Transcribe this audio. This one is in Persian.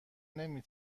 نمی